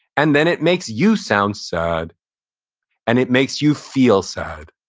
and then it makes you sound sad and it makes you feel sad.